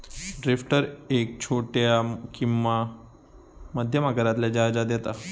drifter एक छोट्या किंवा मध्यम आकारातल्या जहाजांत येता